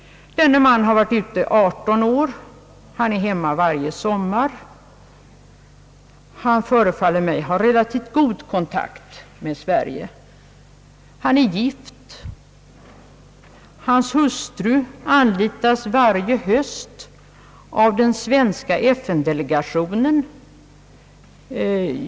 Denne man har varit ute drygt 18 år. Han är hemma varje sommar och förefaller mig ha relativt god kontakt med Sverige. Han är gift, hans hustru anlitas varje höst av den svenska FN delegationen.